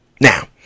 Now